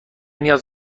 نیاز